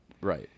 Right